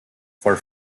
for